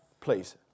please